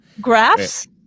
Graphs